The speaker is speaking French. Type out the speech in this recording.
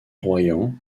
royans